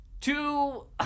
Two